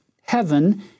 heaven